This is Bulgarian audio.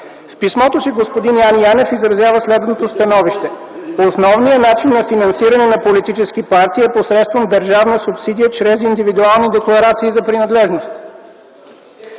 В писмото си господин Яне Янев изразява следното становище: „Основният начин на финансиране на политически партии е посредством държавна субсидия чрез индивидуални декларации за принадлежност”.